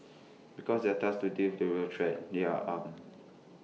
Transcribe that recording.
because they are tasked to deal with real threats they are armed